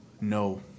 no